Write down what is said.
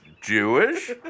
Jewish